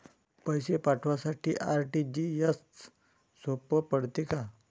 पैसे पाठवासाठी आर.टी.जी.एसचं सोप पडते का?